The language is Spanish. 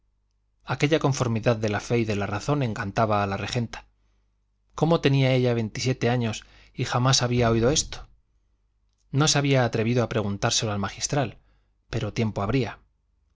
aquella conformidad de la fe y de la razón encantaba a la regenta cómo tenía ella veintisiete años y jamás había oído esto no se había atrevido a preguntárselo al magistral pero tiempo habría